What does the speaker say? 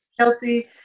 Kelsey